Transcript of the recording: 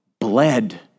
bled